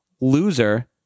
loser